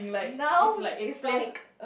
now it's like